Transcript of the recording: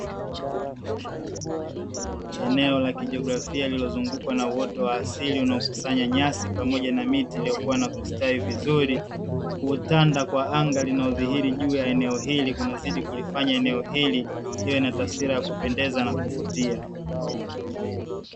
Eneo la kijiografia lililozungukwa na uoto wa asili, unaokusanya nyasi pamoja na miti iliyokua na kustawi vizuri. Kutanda kwa anga linalodhihiri juu ya eneo hili kunazidi kulifanya eneo hili liwe na taswira ya kupendeza na kuvutia.